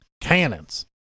cannons